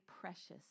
precious